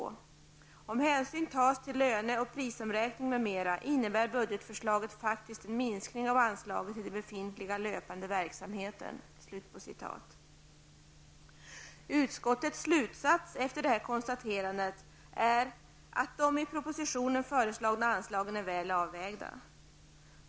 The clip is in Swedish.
Om hänsyn tas till löne och prisomräkning m.m. innebär budgetförslaget faktiskt en minskning av anslaget till den befintliga löpande verksamheten.'' Utskottets slutsats efter detta konstaterande är att de i propositionen föreslagna anslagen är väl avvägda!